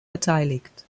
beteiligt